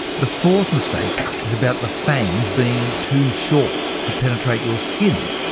the fourth mistake is about the fangs being too short to penetrate your skin.